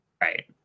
Right